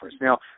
Now